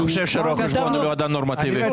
חושב שרואה חשבון הוא לא אדם נורמטיבי?